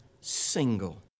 single